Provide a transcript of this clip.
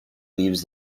leaves